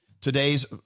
Today's